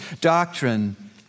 Doctrine